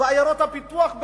בעיירות הפיתוח,